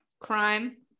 crime